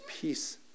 peace